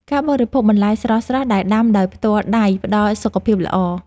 ការបរិភោគបន្លែស្រស់ៗដែលដាំដោយផ្ទាល់ដៃផ្ដល់សុខភាពល្អ។